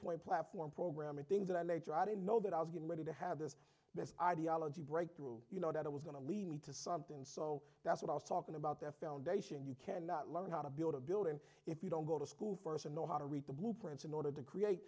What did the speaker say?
point platform programming things that i later i didn't know that i was getting ready to have this ideology break through you know that it was going to lead me to something so that's what i was talking about their foundation you cannot learn how to build a building if you don't go to school for us and know how to read the blueprints in order to create